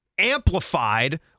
Amplified